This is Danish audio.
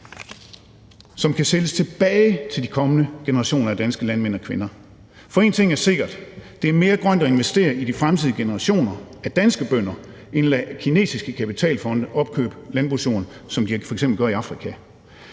som kan sælges tilbage til de kommende generationer af danske landmænd og -kvinder. For én ting er sikkert: Det er mere grønt at investere i de fremtidige generationer af danske bønder end at lade kinesiske kapitalfonde opkøbe landbrugsjorden, som de f.eks. gør i Afrika.